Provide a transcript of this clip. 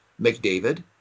McDavid